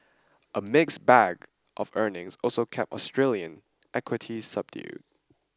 a mixed bag of earnings also kept Australian equities subdued